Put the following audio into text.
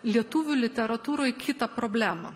lietuvių literatūroj kitą problemą